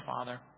Father